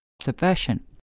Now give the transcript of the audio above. Subversion